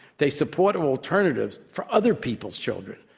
they support alternatives for other people's children.